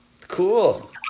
cool